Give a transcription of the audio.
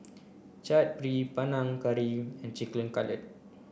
Chaat Papri Panang Curry and Chicken Cutlet